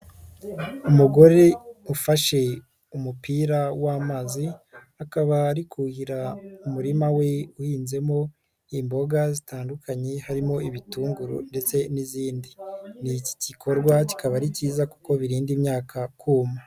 Umugore ufashe umupira w'amazi akaba ari kuhira umurima we uhinzemo imboga zitandukanye, harimo ibitunguru ndetse n'izindi, iki gikorwa kikaba ari cyiza kuko birinda imyaka kuma.